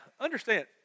Understand